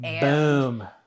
Boom